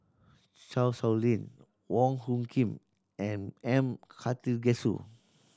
Chan Sow Lin Wong Hung Khim and M Karthigesu